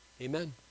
amen